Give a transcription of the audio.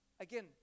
again